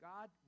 God